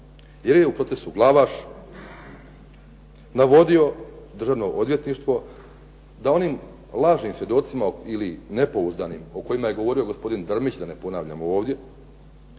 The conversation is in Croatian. jer je u procesu Glavaš navodio Državno odvjetništvo da onim lažnim svjedocima ili nepouzdanim o kojima je govorio gospodin Drmić da ne ponavljam ovdje,